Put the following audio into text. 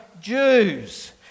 Jews